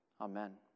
Amen